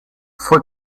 fue